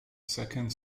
second